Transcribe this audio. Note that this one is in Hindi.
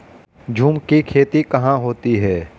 झूम की खेती कहाँ होती है?